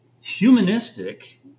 humanistic